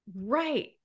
Right